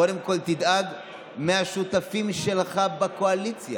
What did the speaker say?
קודם כול תדאג מהשותפים שלך בקואליציה.